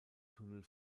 tunnel